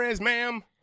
ma'am